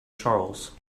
charles